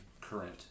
current